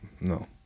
no